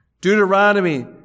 Deuteronomy